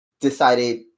decided